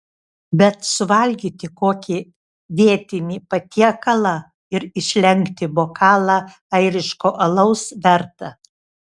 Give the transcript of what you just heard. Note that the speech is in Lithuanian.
bet suvalgyti kokį vietinį patiekalą ir išlenkti bokalą airiško alaus verta